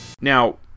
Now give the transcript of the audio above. now